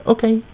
Okay